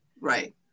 Right